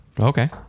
Okay